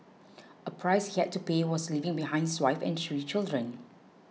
a price he had to pay was leaving behind his wife and three children